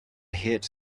hit